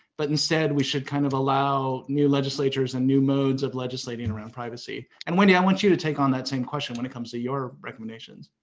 but instead we should kind of allow new legislatures and new modes of legislating around privacy. and, wendy, i want you to take on that same question when it comes to your recommendations